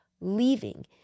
leaving